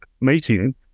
meeting